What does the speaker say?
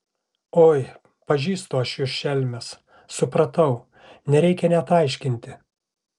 oi pažįstu aš jus šelmes supratau nereikia net aiškinti